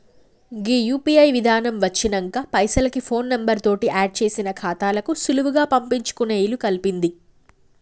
గీ UPI విధానం వచ్చినంక పైసలకి ఫోన్ నెంబర్ తోటి ఆడ్ చేసిన ఖాతాలకు సులువుగా పంపించుకునే ఇలుకల్పింది